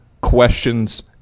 questions